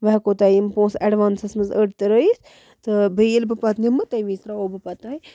بہٕ ہٮ۪کو تۄہہِ یِم پونٛسہٕ اٮ۪ڈوانسَس منٛز أڑۍ ترٛٲیِتھ تہٕ بہٕ ییٚلہِ بہٕ پَتہٕ نِمہٕ تَمۍ ویٖز ترٛاوو بہٕ پَتہٕ تۄہہِ